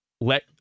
let